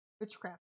Witchcraft